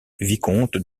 vicomtes